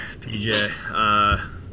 pj